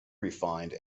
refined